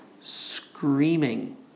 screaming